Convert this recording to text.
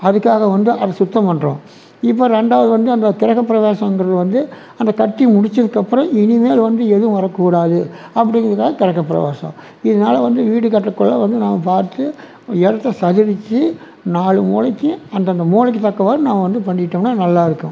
அதுக்காக வந்து அதை சுத்தம் பண்ணுறோம் இப்போது ரெண்டாவது வந்து அந்த கிரகபிரவேசம்ங்கிறது வந்து அந்த கட்டி முடிச்சதுக்கு அப்புறம் இனிமேல் வந்து எதும் வரக்கூடாது அப்படிங்குறது தான் கிரக பிரவேசம் இதனால வந்து வீடு கட்டக்குள்ளெ வந்து நாம் பார்த்து இடத்த சதவிச்சு நாலு மூலைக்கு அந்தந்த மூலைக்கு தக்கவாறு நம்ம வந்து பண்ணிட்டோம்னா நல்லாயிருக்கும்